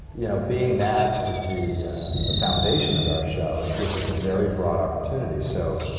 you know, being that is the the foundation of our show, it gives us a very broad opportunity. so,